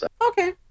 Okay